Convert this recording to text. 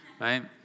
Right